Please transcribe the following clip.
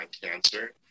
cancer